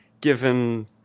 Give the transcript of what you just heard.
given